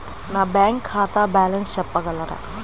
నా బ్యాంక్ ఖాతా బ్యాలెన్స్ చెప్పగలరా?